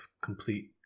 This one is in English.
complete